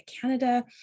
Canada